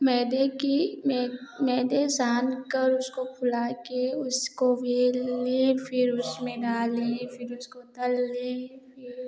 मैदे की मैदे सानकर उसको फुला के उसको बेल लें फिर उसमें डालें फिर उसको तल लें फिर